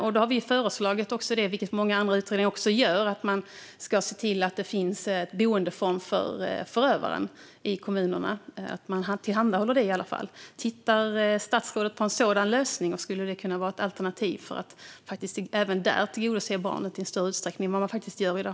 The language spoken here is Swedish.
Därför har vi föreslagit, vilket många utredningar också gör, att kommunerna ska tillhandahålla ett boende för förövaren. Tittar statsrådet på en sådan lösning? Skulle det kunna vara ett alternativ för att även där tillgodose barnets behov i större utsträckning även vad man faktiskt gör i dag?